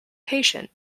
patient